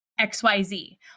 XYZ